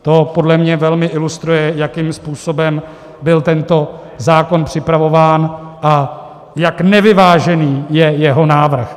To podle mě velmi ilustruje, jakým způsobem byl tento zákon připravován a jak nevyvážený je jeho návrh.